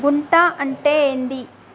గుంట అంటే ఏంది?